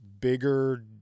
bigger